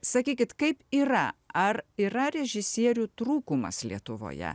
sakykit kaip yra ar yra režisierių trūkumas lietuvoje